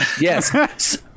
Yes